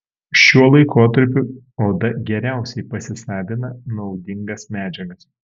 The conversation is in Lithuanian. šiuo laikotarpiu oda geriausiai pasisavina naudingas medžiagas